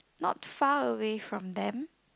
not far away from them